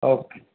okay